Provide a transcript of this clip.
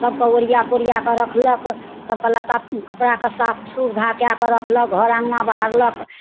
सभके ओरिया पोरिया कऽ रखलक सभके लत्ता कपड़ाके साफ सुबधा कए कऽ रखलक घर अङ्गना बहारलक